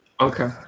Okay